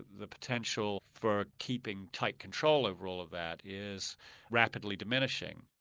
the potential for keeping tight control over all of that is rapidly diminishing.